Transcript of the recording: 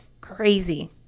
crazy